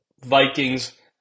Vikings